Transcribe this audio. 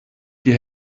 die